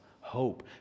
hope